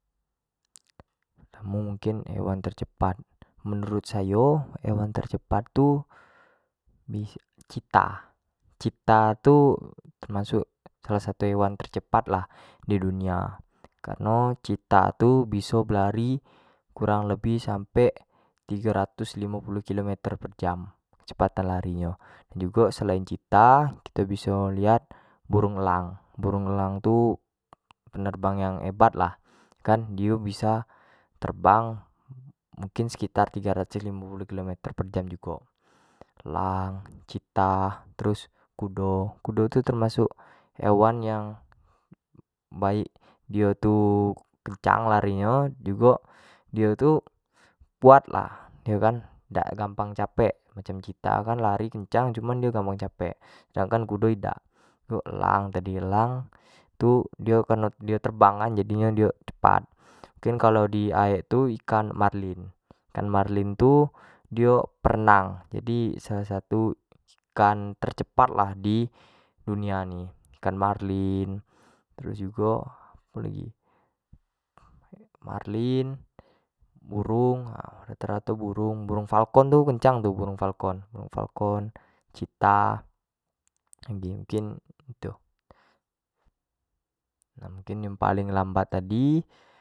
Pertamo mungkin hewan tercepat, meurut sayo hewan tersebut tu citah, citah tu termasuk alah satu hewan tercepat lah di dunia, kareno citah tu biso berlari kurang lebih sampe tigo ratus limo puluh kilometer per jam kecepatan lari nyo, jugo selain citah bido liat burung elang, burung elang tu penerbang yang hebat lah, kan dio biso terbang mungkin sekitar tigo ratus limo puluh kilo meter per jam jugo, elang, citah terus kudo, kudo tu jugo termasuk hewan yang baik dio tu kencang lari nyo, dio jugo-di tu kuat lah dio kan, dak gampang capek, kayak citah kencang lari nyo tapi gamoang capek, sedangkan kudo idak, elang tadi, elang tu di terbang kan, jadi kan dio tu cepat, mungkin kalua di aek tu ikan marlin, ikan marlin tu dio perenang, jadi salah satu ikan tercepat lah di dunia ni, ikan amrlin, terus jugo apo lagi marlin, burung rato- rato burung, burung falcon tu kencang tu burung falcon, burung falcon, citah nah mungkin yang paling lambat tadi.